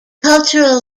cultural